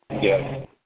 Yes